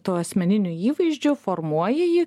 tuo asmeniniu įvaizdžiu formuoja jį